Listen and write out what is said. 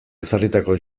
ezarritako